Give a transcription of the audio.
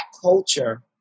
culture